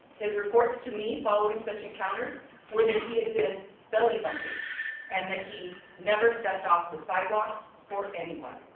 his reports to me following such encounters were that he had been belly bumping and that he never stepped off the sidewalk for anyone.